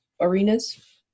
arenas